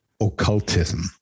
occultism